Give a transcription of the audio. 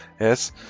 yes